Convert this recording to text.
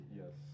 yes